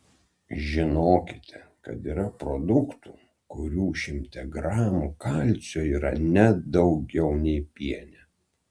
žinokite kad yra produktų kurių šimte gramų kalcio yra net daugiau nei piene